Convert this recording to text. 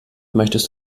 möchtest